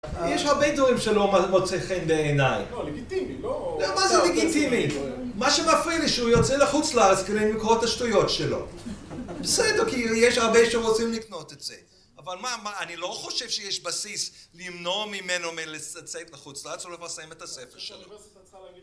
יש הרבה דברים שלא מוצא חן בעיניי. לא, לגיטימי, לא... לא, מה זה לגיטימי? מה שמפריע לי שהוא יוצא לחוץ לארץ כדי לקרוא את השטויות שלו. בסדר, כאילו יש הרבה שרוצים לקנות את זה. אבל מה, אני לא חושב שיש בסיס למנוע ממנו מלצאת לחוץ לארץ או לפרסם את הספר שלו